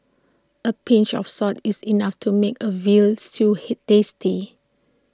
A pinch of salt is enough to make A Veal Stew he tasty